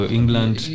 England